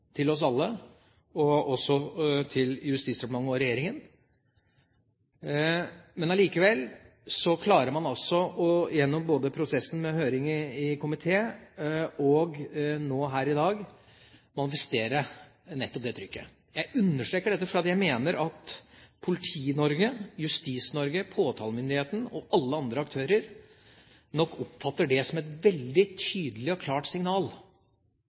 til oss alle – også til Justisdepartementet og regjeringa. Likevel har man klart, gjennom prosessen med høring i komité og nå her i dag, å manifestere nettopp det trykket. Jeg understreker dette, for jeg mener at Politi-Norge, Justis-Norge, påtalemyndigheten og alle andre aktører nok oppfatter det som et veldig tydelig og klart signal.